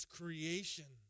creation